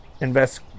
invest